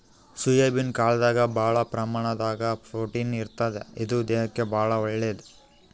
soybean ಕಾಳ್ದಾಗ್ ಭಾಳ್ ಪ್ರಮಾಣದಾಗ್ ಪ್ರೊಟೀನ್ ಇರ್ತದ್ ಇದು ದೇಹಕ್ಕಾ ಭಾಳ್ ಒಳ್ಳೇದ್